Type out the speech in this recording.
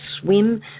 swim